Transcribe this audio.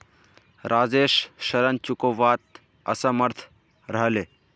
राजेश ऋण चुकव्वात असमर्थ रह ले